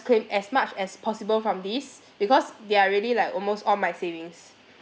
claim as much as possible from this because they are really like almost all my savings